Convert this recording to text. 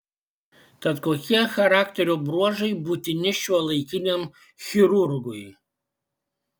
tad kokie charakterio bruožai būtini šiuolaikiniam chirurgui